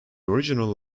original